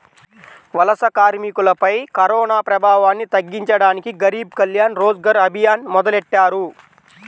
వలస కార్మికులపై కరోనాప్రభావాన్ని తగ్గించడానికి గరీబ్ కళ్యాణ్ రోజ్గర్ అభియాన్ మొదలెట్టారు